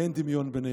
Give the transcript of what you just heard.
ואין דמיון ביניהם.